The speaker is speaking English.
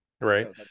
right